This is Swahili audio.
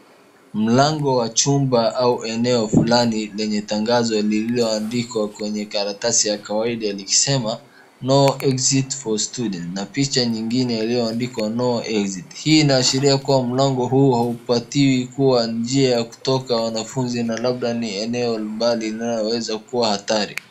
Mlango wa chumba au eneo fulani lenye tangazo lililoandikwa kwenye karatasi ya kawaida likisema no exit for student na picha nyingine iliyoandikwa no exit . Hii inaashiria kuwa mlango huu haupatiwi kuwa njia ya kutoka wanafunzi na labda ni eneo mbali linayoweza kuwa hatari.